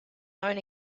own